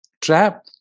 trap